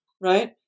right